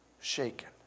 shaken